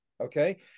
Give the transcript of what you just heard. Okay